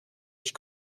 ich